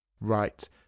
Right